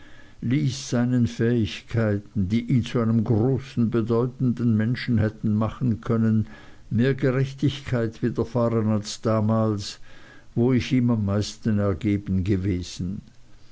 ließ seinen fähigkeiten die ihn zu einem großen bedeutenden menschen hätten machen können mehr gerechtigkeit widerfahren als damals wo ich ihm am meisten ergeben gewesen